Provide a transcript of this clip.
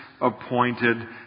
appointed